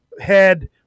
head